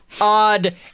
odd